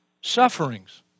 sufferings